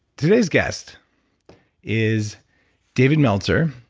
today's guest is david meltzer,